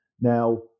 Now